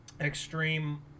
extreme